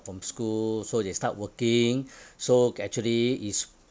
from school so they start working so actually is